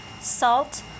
salt